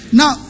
now